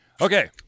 Okay